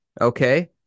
Okay